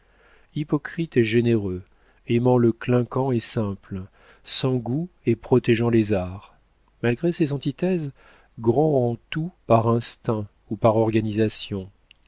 hypocrite et généreux aimant le clinquant et simple sans goût et protégeant les arts malgré ces antithèses grand en tout par instinct ou par organisation